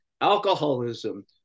alcoholism